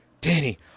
Danny